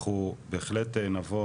אנחנו בהחלט נבוא